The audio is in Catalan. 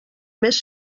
més